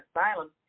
asylum